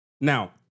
Now